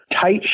tight